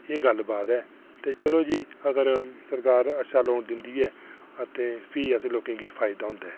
एह् गल्ल बात ऐ चलो जी अगर सरकार अच्छा लोन दिंदी ऐ अते फ्ही अस लोकें गी फायदा होंदा ऐ